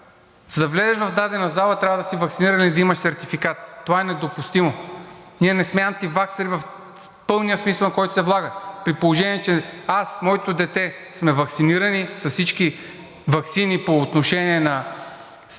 за да влезеш в дадена зала, трябва да си ваксиниран и да имаш сертификат. Това е недопустимо. Ние не сме антиваксъри в пълния смисъл, който се влага, при положение че аз, моето дете сме ваксинирани с всички ваксини по отношение на това,